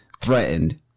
threatened